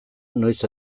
noiz